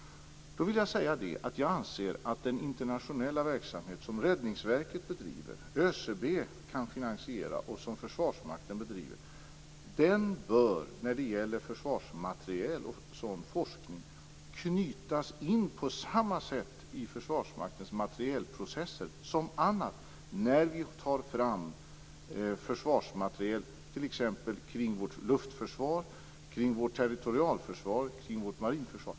Jag anser att den internationella verksamhet som Räddningsverket bedriver, ÖCB kan finansiera och Försvarsmakten bedriver bör, när det gäller försvarsmateriel och sådan forskning, knytas in i Försvarsmaktens materielprocesser på samma sätt som sker när vi tar fram försvarsmateriel kring t.ex. vårt luftförsvar, vårt territorialförsvar och vårt marinförsvar.